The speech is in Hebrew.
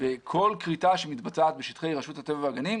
וכל כריתה שמתבצעת בשטחי רשות הטבע והגנים,